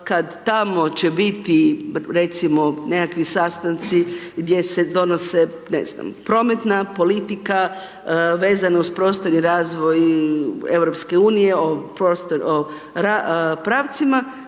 kad tamo će biti nekakvi sastanci gdje se donose ne znam prometna politika vezano uz prostorni razvoj EU o pravcima,